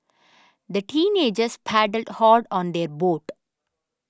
the teenagers paddled hard on their boat